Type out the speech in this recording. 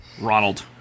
Ronald